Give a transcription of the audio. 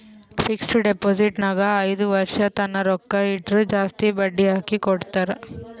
fixed deposit ನಾಗ್ ಐಯ್ದ ವರ್ಷ ತನ್ನ ರೊಕ್ಕಾ ಇಟ್ಟುರ್ ಜಾಸ್ತಿ ಬಡ್ಡಿ ಹಾಕಿ ಕೊಡ್ತಾರ್